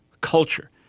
culture